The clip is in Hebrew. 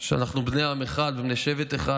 שאנחנו בני עם אחד ובני שבט אחד